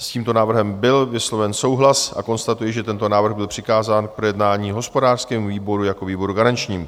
S tímto návrhem byl vysloven souhlas a konstatuji, že tento návrh byl přikázán k projednání hospodářskému výboru jako výboru garančnímu.